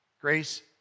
grace